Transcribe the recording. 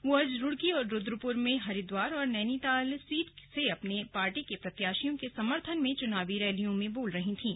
वे आज रूड़की और रुद्रपुर में हरिद्वार और नैनीताल सीट से अपनी पार्टी के प्रत्याशियों के समर्थन में चुनाव रैलियों में बोल रही थीं